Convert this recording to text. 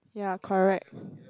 yeah correct